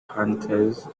hunters